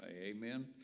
amen